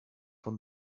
von